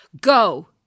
Go